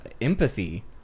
empathy